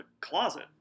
closet